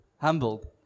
Humbled